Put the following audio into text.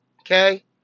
okay